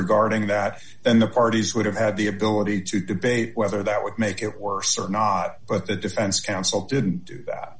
guarding that and the parties would have had the ability to debate whether that would make it worse or not but the defense counsel didn't do that